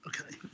Okay